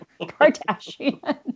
Kardashian